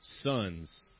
sons